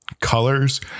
colors